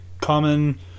Common